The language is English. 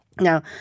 Now